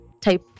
type